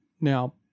now